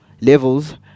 Levels